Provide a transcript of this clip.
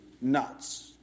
nuts